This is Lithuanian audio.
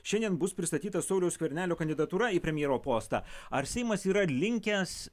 šiandien bus pristatyta sauliaus skvernelio kandidatūra į premjero postą ar seimas yra linkęs